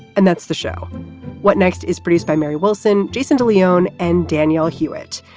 and that's the show what next is produced by mary wilson, jason de leon and danielle hewitt.